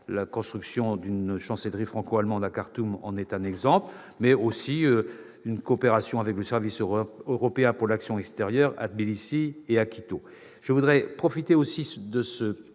La construction d'une chancellerie franco-allemande à Khartoum en est un exemple, de même que les coopérations avec le Service européen pour l'action extérieure à Tbilissi et à Quito.